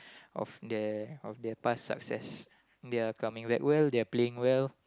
of their of their past success they're coming back well they're playing well